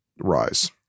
rise